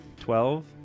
Twelve